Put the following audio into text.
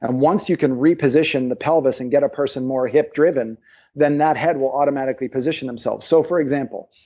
and once you can reposition the pelvis and get a person more hip-driven then that head will automatically position themselves so for example,